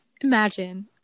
Imagine